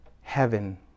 Heaven